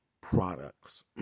products